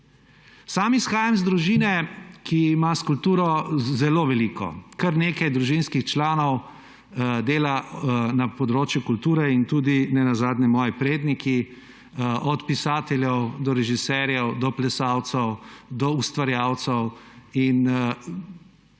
Sam izhajam iz družine, ki ima s kulturo zelo veliko. Kar nekaj družinskih članov dela na področju kulture in tudi nenazadnje moji predniki, od pisateljev do režiserjev, do plesalcev, do ustvarjalcev.